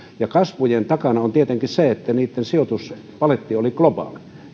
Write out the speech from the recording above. ja kasvun takana on tietenkin se että niitten sijoituspaletti oli globaali